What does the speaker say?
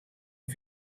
een